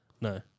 No